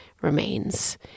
remains